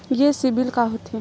ये सीबिल का होथे?